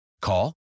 Call